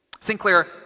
Sinclair